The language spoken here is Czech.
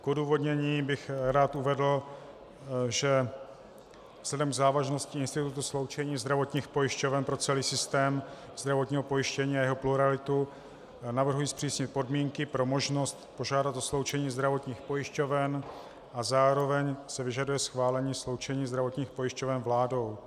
K odůvodnění bych rád uvedl, že vzhledem k závažnosti institutu sloučení zdravotních pojišťoven pro celý systém zdravotního pojištění a jeho pluralitu navrhuji zpřísnit podmínky pro možnost požádat o sloučení zdravotních pojišťoven a zároveň se vyžaduje schválení sloučení zdravotních pojišťoven vládou.